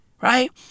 right